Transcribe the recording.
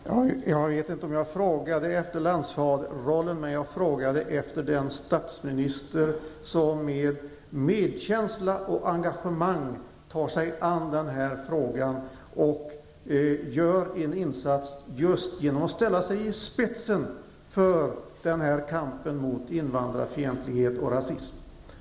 Herr talman! Jag vet inte om jag efterfrågade landsfadersrollen. Men jag efterfrågar en statsminister som med medkänsla och engagemang tar sig an problemet och gör en insats genom att just ställa sig i spetsen i kampen mot invandrarfientlighet och rasism.